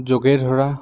জোকে ধৰা